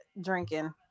drinking